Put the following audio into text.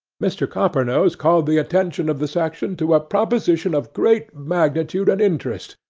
mr. coppernose called the attention of the section to a proposition of great magnitude and interest,